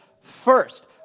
first